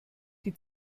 die